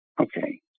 Okay